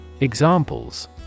Examples